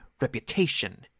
reputation